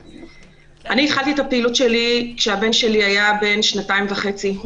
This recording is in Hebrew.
התחלתי את פעילותי כשבני היה בן שנתיים וחצי.